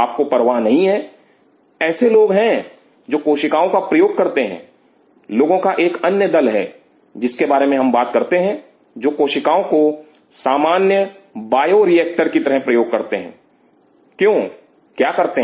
आपको परवाह नहीं है ऐसे लोग हैं जो कोशिकाओं का प्रयोग करते हैं लोगों का एक अन्य दल है जिनके बारे में हम बात करते हैं जो कोशिकाओं को सामान्य बायोरिएक्टर की तरह प्रयोग करते हैं क्यों क्या करते हैं